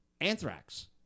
Anthrax